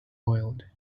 oiled